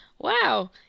Wow